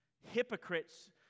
Hypocrites